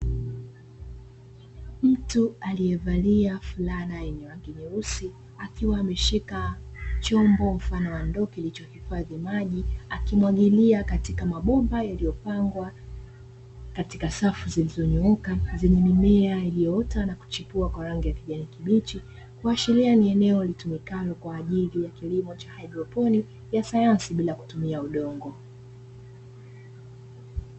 Mtu aliyevalia fulana yenye rangi nyeusi akiwa ameshika chombo mfano wa ndoo kilichohifadhi maji, akimwagilia katika mabomba yaliyopangwa katika safu zilizonyooka zenye mimea iliyoota na kuchipua kwa rangi ya kijani kibichi; kuashiria ni eneo litumikalo kwa ajili ya kilimo cha "haidroponi" ya sayansi bila kutumia udongo.